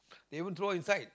they even throw inside